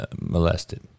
Molested